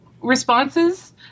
responses